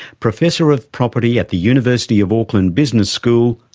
professor of property at the university of auckland business school,